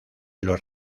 los